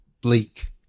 bleak